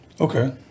Okay